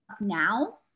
now